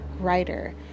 writer